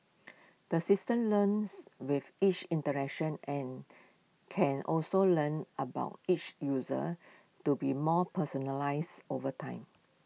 the system learns with each interaction and can also learn about each user to be more personalised over time